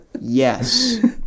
yes